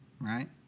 Right